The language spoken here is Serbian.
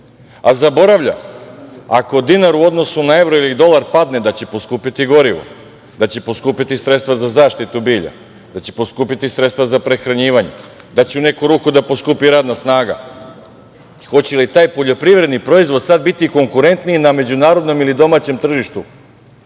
a zaboravlja ako dinar u odnosu na evro ili dolar padne da će poskupeti gorivo, da će poskupeti sredstva za zaštitu bilja, da će poskupiti sredstva za prehranjivanje, da će, u neku ruku, da poskupi i radna snaga. Hoće li taj poljoprivredni proizvod sad biti konkurentniji na međunarodnom ili domaćem tržištu